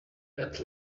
add